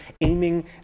aiming